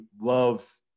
love